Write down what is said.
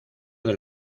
del